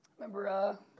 Remember